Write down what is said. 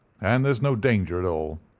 and there's no danger at all.